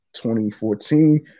2014